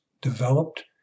developed